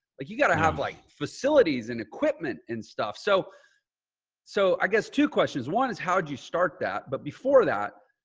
like you gotta have like facilities and equipment and stuff. so so i guess two questions. one is how'd you start that? but before that,